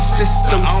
system